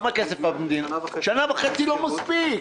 שנה וחצי לא מספיקים.